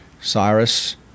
Cyrus